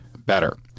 Better